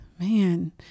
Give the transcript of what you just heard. man